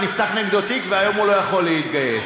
נפתח נגדו תיק והיום הוא לא יכול להתגייס.